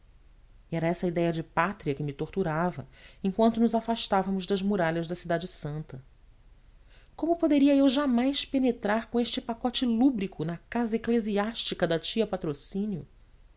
era essa idéia de pátria que me torturava em quanto nos afastávamos das muralhas da cidade santa como poderia eu jamais penetrar com este pacote lúbrico na casa eclesiástica da tia patrocínio